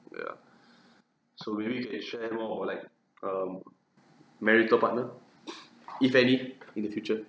ya so maybe we can share more on like um marital partner if any in the future